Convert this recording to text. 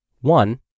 one